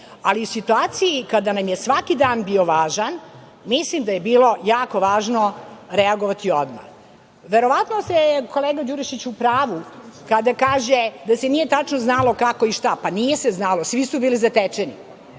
ali u situaciji kada nam je svaki dan bio važan, mislim da je bilo jako važno reagovati odmah. Verovatno je kolega Đurišić u pravu kada kaže da se nije tačno znalo kako i šta. Pa, nije se znalo, svi su bili zatečeni.